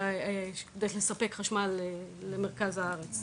מה לפי ידיעתך ההשלכות הכלכליות של זה?